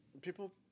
people